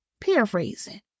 paraphrasing